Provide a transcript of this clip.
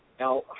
Now